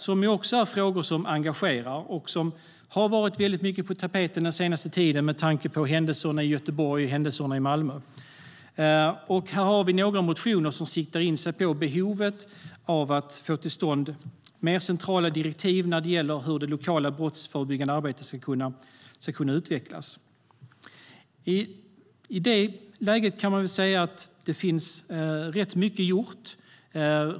Det är också frågor som engagerar. De har varit mycket på tapeten den senaste tiden med tanke på händelserna i Göteborg och Malmö. Här finns några motioner som siktar in sig på behovet av att få till stånd mer centrala direktiv när det gäller hur det lokala brottsförebyggande arbetet ska utvecklas. I det läget kan man säga att mycket är gjort.